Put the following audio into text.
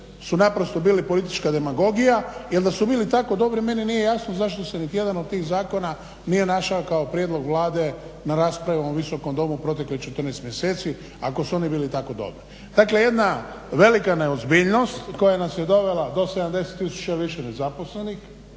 su naprosto bili politička demagogija, jel da su bili tako dobri meni nije jasno zašto se niti jedan od tih zakon nije našao kao prijedlog Vlade na raspravama u Visokom domu proteklih 14 mjeseci ako su oni bili tako dobri. Dakle, jedna velika neozbiljnost koja nas je dovela do 70 tisuća više nezaposlenih,